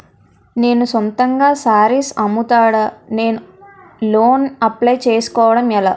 నేను సొంతంగా శారీస్ అమ్ముతాడ, నేను లోన్ అప్లయ్ చేసుకోవడం ఎలా?